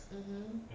um hmm